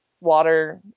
water